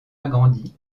agrandi